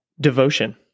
Devotion